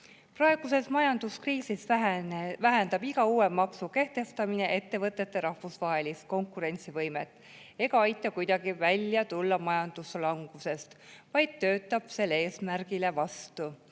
Praeguses majanduskriisis vähendab iga uue maksu kehtestamine ettevõtete rahvusvahelist konkurentsivõimet. See ei aita kuidagi majanduslangusest välja tulla, vaid töötab sellele eesmärgile vastu.